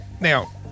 Now